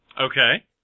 Okay